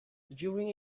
during